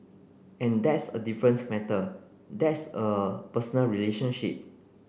and that's a different matter that's a personal relationship